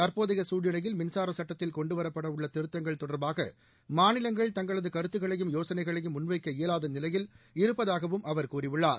தற்போதைய சூழ்நிலையில் மின்சார சட்டத்தில் கொண்டு வரப்பட உள்ள திருத்தங்கள் தொடர்பாக மாநிலங்கள் தங்களது கருத்துகளையும் யோசனைகளையும் முன்வைக்க இயலாத நிலையில் இருப்பதாகவும் அவர் கூறியுள்ளார்